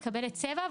מקבלת צבע,